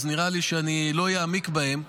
אז נראה לי שלא אעמיק בהם,